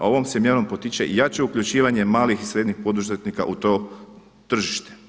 Ovom se mjerom potiče jače uključivanje malih i srednjih poduzetnika u to tržište.